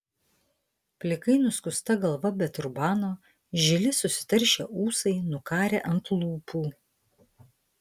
plikai nuskusta galva be turbano žili susitaršę ūsai nukarę ant lūpų